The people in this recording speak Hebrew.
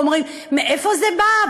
ואומרים: מאיפה זה בא?